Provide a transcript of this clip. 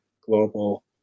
global